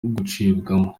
gucibwamo